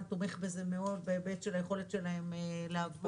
תומך בזה מאוד בהיבט של היכולת שלהם לעבוד